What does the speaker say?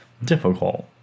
Difficult